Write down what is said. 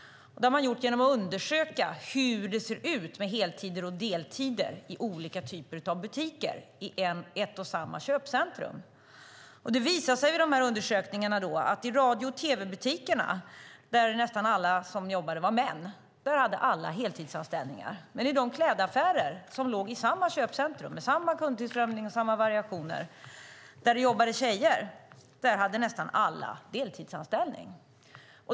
Det har man gjort genom att undersöka hur det ser ut med heltider och deltider i olika typer av butiker i ett och samma köpcentrum. Det visade sig i undersökningarna att alla hade heltidsanställningar i radio och tv-butikerna, där nästan alla som jobbade var män. Men i de klädaffärer som låg i samma köpcentrum, med samma kundtillströmning och samma variationer, men där det jobbade tjejer, hade nästan alla deltidsanställning.